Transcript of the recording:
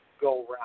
go-round